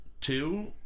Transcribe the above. Two